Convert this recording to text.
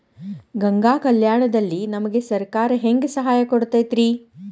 ಗಂಗಾ ಕಲ್ಯಾಣ ದಲ್ಲಿ ನಮಗೆ ಸರಕಾರ ಹೆಂಗ್ ಸಹಾಯ ಕೊಡುತೈತ್ರಿ?